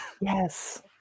Yes